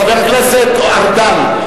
חבר הכנסת ארדן,